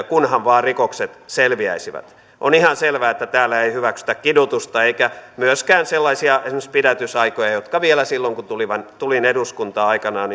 kunhan vain rikokset selviäisivät on ihan selvää että täällä ei hyväksytä kidutusta eikä myöskään esimerkiksi sellaisia pidätysaikoja jotka vielä silloin kun tulin eduskuntaan aikoinaan